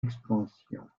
expansion